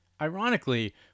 Ironically